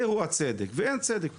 זהו הצדק ואין צדק פה.